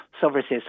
services